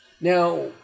Now